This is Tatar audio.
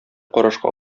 карашка